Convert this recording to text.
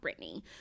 Britney